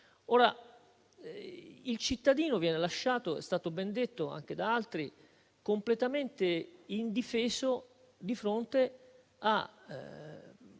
Il cittadino viene lasciato - com'è stato ben detto anche da altri - completamente indifeso di fronte a